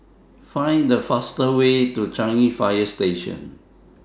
Find The fastest Way to Changi Fire Station